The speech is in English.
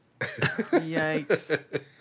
Yikes